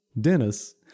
Dennis